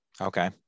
Okay